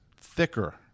thicker